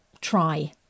try